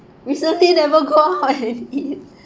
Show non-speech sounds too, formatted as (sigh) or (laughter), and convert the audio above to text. recently (laughs) never go out and eat (laughs)